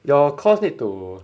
your course need to